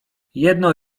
jedno